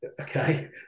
Okay